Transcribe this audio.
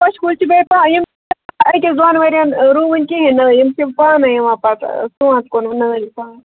پوشہِ کُلۍ چھِ ییٚیہِ أکِس دون ؤرِین رُوٕنۍ کِہیٖنۍ نہٕ یِم چھِ پانَے یِوان پتہٕ